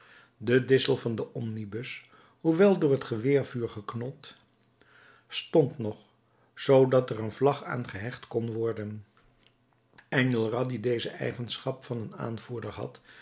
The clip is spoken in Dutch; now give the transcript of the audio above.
de dissel van den omnibus hoewel door het geweervuur geknot stond nog zoodat er een vlag aan gehecht kon worden enjolras die deze eigenschap van een aanvoerder had